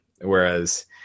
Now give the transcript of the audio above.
Whereas